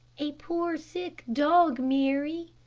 a poor sick dog, mary,